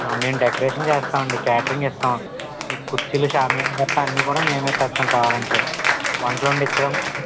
మేము డెకరేషన్ చేస్తామండి క్యాటరింగ్ ఇస్తాం మీకు కుర్చీలు షామియానా గట్ర అన్ని కూడా మేమే తెస్తాం కావాలంటే వంటలు వండించడం